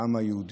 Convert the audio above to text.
לעם היהודי.